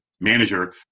manager